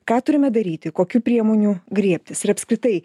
ką turime daryti kokių priemonių griebtis ir apskritai